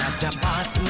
jackpot